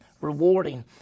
Rewarding